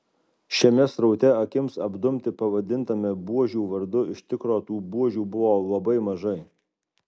šiame sraute akims apdumti pavadintame buožių vardu iš tikro tų buožių buvo labai mažai